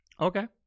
okay